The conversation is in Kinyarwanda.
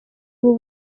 ubu